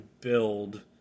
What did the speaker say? build